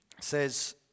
says